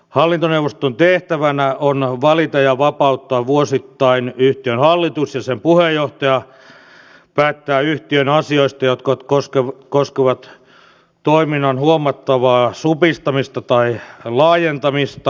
hallintoneuvoston tehtävänä on valita ja vapauttaa vuosittain yhtiön hallitus ja sen puheenjohtaja sekä päättää yhtiön asioista jotka koskevat toiminnan huomattavaa supistamista tai laajentamista